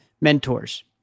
mentors